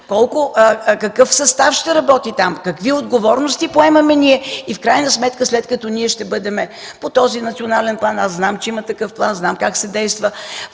Какъв състав ще работи там? Какви отговорности поемаме ние? В крайна сметка, след като ние ще бъдем по този национален план – знам, че има такъв план, знам как се действа,